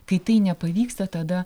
kai tai nepavyksta tada